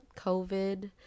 covid